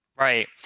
Right